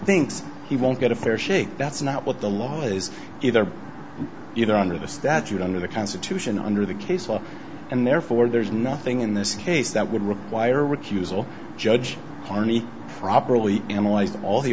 thinks he won't get a fair shake that's not what the law is either either under the statute under the constitution under the case law and therefore there's nothing in this case that would require recusal judge harney properly analyzed all the